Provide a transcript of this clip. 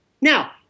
Now